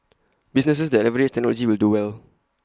businesses that leverage technology will do well